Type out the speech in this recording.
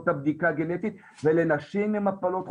את הבדיקה הגנטית ולנשים עם הפלות חוזרות.